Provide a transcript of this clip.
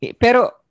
Pero